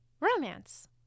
romance